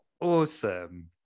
Awesome